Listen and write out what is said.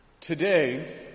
Today